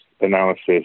analysis